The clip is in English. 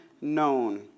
known